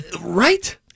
Right